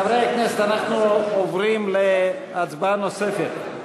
חברי הכנסת, אנחנו עוברים להצבעה נוספת.